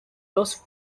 los